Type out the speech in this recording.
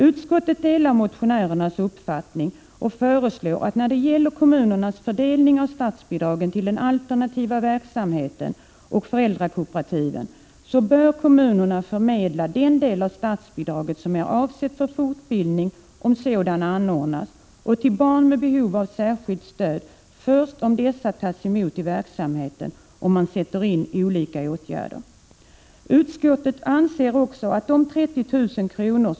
Utskottet delar motionärernas uppfattning och föreslår att när det gäller kommunernas fördelning av statsbidragen till den alternativa verksamheten och föräldrakooperativen bör kommunerna förmedla den del av statsbidraget som är avsedd för fortbildning, om sådan anordnas, och till barn med behov av särskilt stöd först om dessa tagits emot i verksamheten och om olika åtgärder satts in. Utskottet anser också att de 30 000 kr.